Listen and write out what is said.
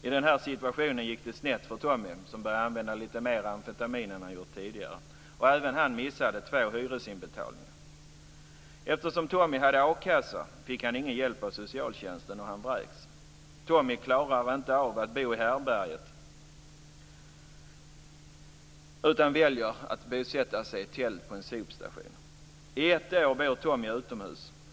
I den här situationen gick det snett för Tommy, som började använda lite mer amfetamin än han gjort tidigare. Även han missade två hyresinbetalningar. Eftersom Tommy har a-kassa får han ingen hjälp av socialtjänsten, och han vräks. Tommy klarar inte av att bo i härbärget utan väljer att bosätta sig i ett tält på en sopstation. I ett år bor Tommy utomhus.